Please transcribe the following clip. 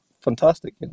fantastic